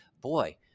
boy